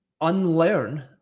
unlearn